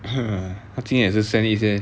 hmm 她今天也是 send 一些